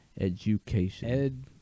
education